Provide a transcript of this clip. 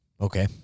Okay